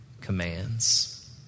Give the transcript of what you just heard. commands